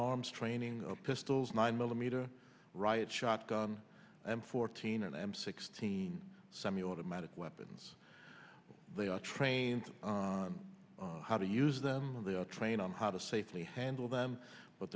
arms training pistols nine millimeter riot shotgun and fourteen and m sixteen semiautomatic weapons they are trained how to use them and they are trained on how to safely handle them but